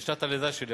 זו שנת הלידה שלי,